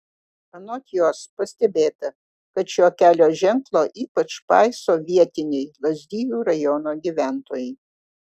anot jos pastebėta kad šio kelio ženklo ypač paiso vietiniai lazdijų rajono gyventojai